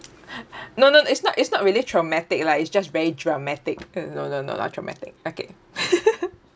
no no it's not it's not really traumatic lah it's just very dramatic no no no not traumatic okay